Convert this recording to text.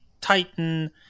Titan